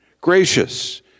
gracious